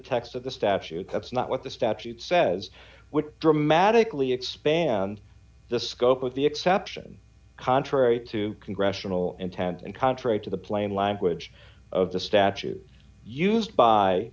of the statute that's not what the statute says would dramatically expand the scope with the exception contrary to congressional intent and contrary to the plain language of the statute used by